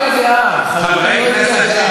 לא, דנו פה.